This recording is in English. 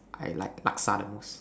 I like Laksa the most